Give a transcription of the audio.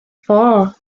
four